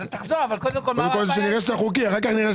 אתה תחזור, אבל מה הבעיה עם פנסיונרים?